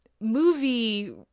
movie